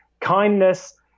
Kindness